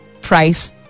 price